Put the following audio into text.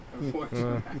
unfortunately